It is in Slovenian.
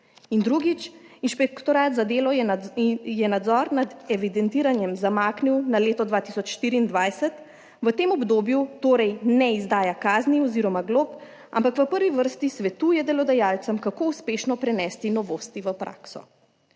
In drugič, inšpektorat za delo in je nadzor nad evidentiranjem zamaknil na leto 2024. V tem obdobju torej ne izdaja kazni oziroma glob, ampak v prvi vrsti svetuje delodajalcem, kako uspešno prenesti novosti v prakso.